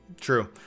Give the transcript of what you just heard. true